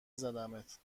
زدمت